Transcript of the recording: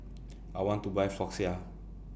I want to Buy Floxia